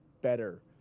better